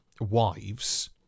wives